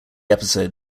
episode